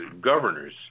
Governors